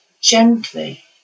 gently